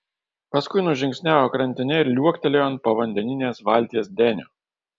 paskui nužingsniavo krantine ir liuoktelėjo ant povandeninės valties denio